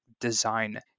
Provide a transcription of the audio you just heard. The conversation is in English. design